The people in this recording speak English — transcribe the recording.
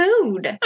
food